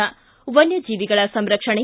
ಿ ವನ್ನಜೀವಿಗಳ ಸಂರಕ್ಷಣೆ